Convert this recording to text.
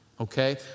okay